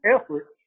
effort